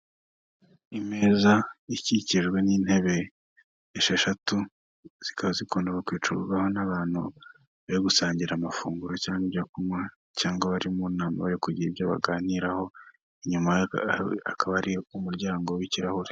Imeza ikikijwe n'intebe esheshatu zikabazikunda kwicarwaho n'abantu bari gusangira amafunguro cyangwa ibyo kunywa cyangwa bari mu nama yo kugira ibyo baganiraho, inyuma hakaba hari umuryango w'kirahure.